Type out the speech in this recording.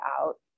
out